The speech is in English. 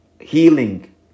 healing